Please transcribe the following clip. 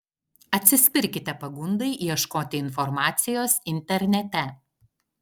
atsispirkite pagundai ieškoti informacijos internete